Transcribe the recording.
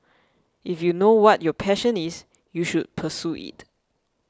if you know what your passion is you should pursue it